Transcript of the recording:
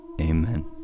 Amen